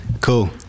Cool